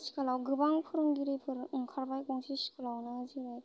आथिखालाव गोबां फोरोंगिरिफोर ओंखारबाय गंसे स्कुलावनो जेरै